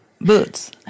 Boots